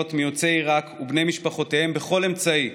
מיוצאי עיראק ובני משפחותיהם בכל אמצעי,